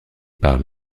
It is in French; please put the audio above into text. par